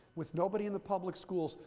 with nobody in the public schools,